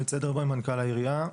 מנכ"ל העירייה.